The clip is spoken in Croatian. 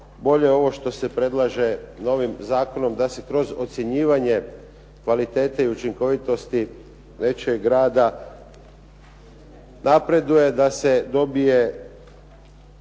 bolje ovo što se predlaže novim zakonom da se kroz ocjenjivanje kvalitete i učinkovitosti nečijeg rada napreduje, da se dobije